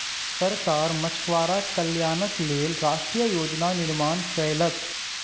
सरकार मछुआरा कल्याणक लेल राष्ट्रीय योजना निर्माण कयलक